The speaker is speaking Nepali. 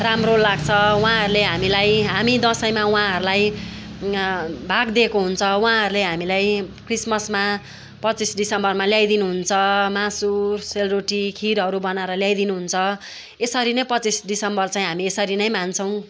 राम्रो लाग्छ उहाँहरूले हामीलाई हामी दसैँमा उहाँहरूलाई भाग दिएको हुन्छ उहाँहरूले हामीलाई क्रिसमसमा पच्चिस डिसेम्बरमा ल्याइदिनुहुन्छ मासु सेलरोटी खिरहरू बनार ल्याइदिनुहुन्छ यसरी नै पच्चिस डिसेम्बर चाहिँ हामी यसरी नै मान्छौँ